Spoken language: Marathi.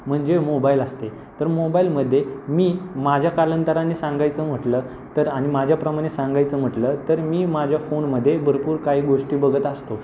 म्हणजे मोबाईल असते तर मोबाईलमध्ये मी माझ्या कालांतराने सांगायचं म्हटलं तर आणि माझ्याप्रमाणे सांगायचं म्हटलं तर मी माझ्या फोनमध्ये भरपूर काही गोष्टी बघत असतो